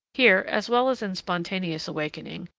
here, as well as in spontaneous awakening,